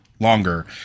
Longer